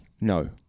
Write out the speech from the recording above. No